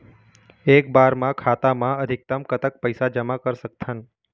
एक बार मा खाता मा अधिकतम कतक पैसा जमा कर सकथन?